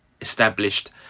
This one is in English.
established